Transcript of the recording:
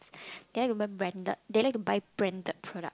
they like to wear branded they like to buy branded products